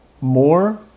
more